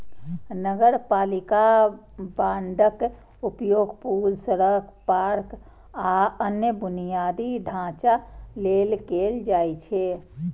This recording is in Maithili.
नगरपालिका बांडक उपयोग पुल, सड़क, पार्क, आ अन्य बुनियादी ढांचा लेल कैल जाइ छै